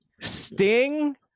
Sting